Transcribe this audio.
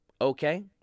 Okay